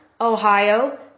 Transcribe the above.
Ohio